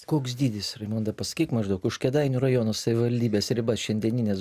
koks dydis raimondą pasakyk maždaug už kėdainių rajono savivaldybės ribas šiandienines